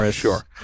Sure